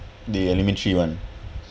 the elementary one